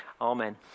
Amen